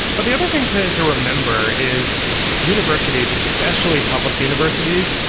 but the other thing to to remember is universities, especially public universities,